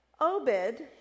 Obed